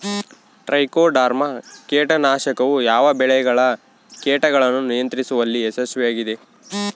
Trichoderma ಕೇಟನಾಶಕವು ಯಾವ ಬೆಳೆಗಳ ಕೇಟಗಳನ್ನು ನಿಯಂತ್ರಿಸುವಲ್ಲಿ ಯಶಸ್ವಿಯಾಗಿದೆ?